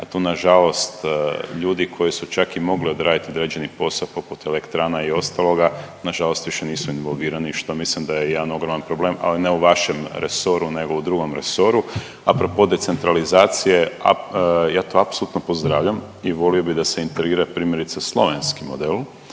a tu nažalost ljudi koji su čak i mogli odraditi određeni posao poput elektrana i ostaloga nažalost više nisu involvirani što mislim da je jedan ogroman problem, ali ne u vašem resoru nego u drugom resoru. A propos decentralizacije ja to apsolutno pozdravljam i volio bi da se integrira primjerice slovenski model.